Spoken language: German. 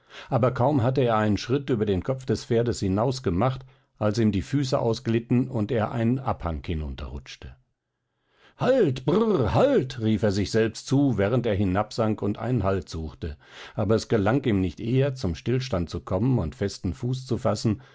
aber kaum hatte er einen schritt über den kopf des pferdes hinaus gemacht als ihm die füße ausglitten und er einen abhang hinunterrutschte halt brr halt rief er sich selbst zu während er hinabsank und einen halt suchte aber es gelang ihm nicht eher zum stillstand zu kommen und festen fuß zu fassen